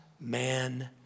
man